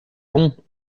bon